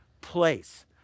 place